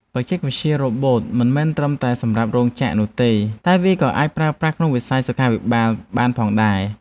បច្ចេកវិទ្យារ៉ូបូតមិនមែនត្រឹមតែសម្រាប់រោងចក្រនោះទេតែវាក៏អាចប្រើប្រាស់ក្នុងវិស័យសុខាភិបាលបានផងដែរ។